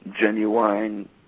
genuine